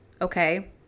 okay